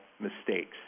mistakes